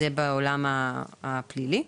זה בעולם הפלילי.